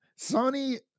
Sony